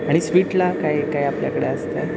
आणि स्वीटला काय काय आपल्याकडे असतं